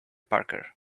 parker